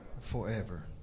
forever